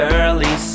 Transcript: early